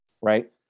right